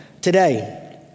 today